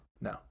No